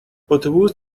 اتوبوس